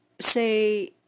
say